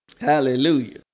Hallelujah